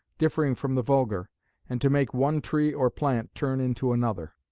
differing from the vulgar and to make one tree or plant turn into another.